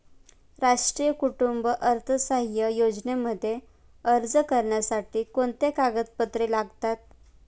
राष्ट्रीय कुटुंब अर्थसहाय्य योजनेमध्ये अर्ज करण्यासाठी कोणती कागदपत्रे लागतात?